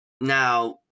Now